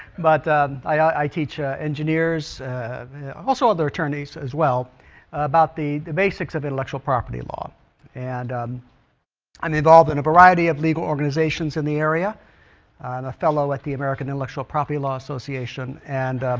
but i i teach ah engineers also other attorneys as well about the the basics of intellectual property law and i'm involved in a variety of legal organizations in the area and a fellow at the american industrial property law association and